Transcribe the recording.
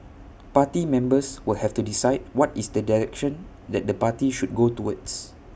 party members will have to decide what is the direction that the party should go towards